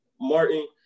Martin